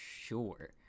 sure